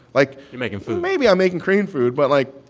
like. you're making food maybe i'm making korean food, but, like,